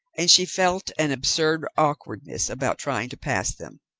and she felt an absurd awkwardness about trying to pass them.